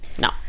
no